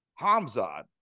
Hamzad